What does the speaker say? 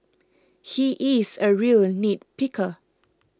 he is a real nit picker